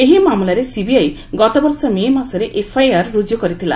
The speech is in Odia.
ଏହି ମାମଲାରେ ସିବିଆଇ ଗତବର୍ଷ ମେ ମାସରେ ଏଫଆଇଆର୍ ରୁଜୁ କରିଥିଲା